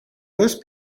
those